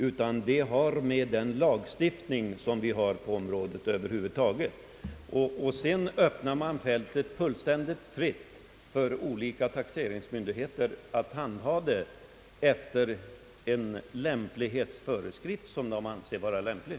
Men det kan råda delade meningar om sättet att nå det resultatet — och det är väl det vi diskuterar i dag.